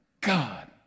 God